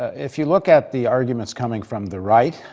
if you look at the arguments coming from the right,